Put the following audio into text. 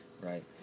right